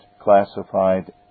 classified